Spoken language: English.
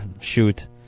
shoot